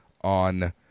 on